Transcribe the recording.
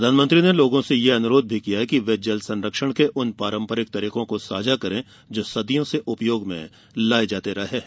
प्रधानमंत्री ने लोगों से यह अनुरोध भी किया कि वे जल संरक्षण के उन पारम्परिक तरीकों को साझा करें जो सदियों से उपयोग में लाए जाते रहे हैं